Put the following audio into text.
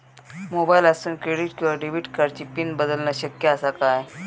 मोबाईलातसून क्रेडिट किवा डेबिट कार्डची पिन बदलना शक्य आसा काय?